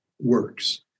works